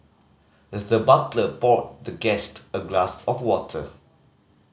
the butler poured the guest a glass of water